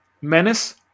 menace